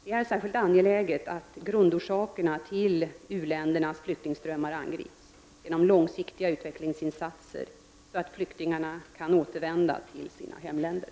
Det är särskilt angeläget att grundorsakerna till u-ländernas flyktingströmmar angrips genom långsiktiga utvecklingsinsatser så att flyktingarna kan återvända till sina hemländer.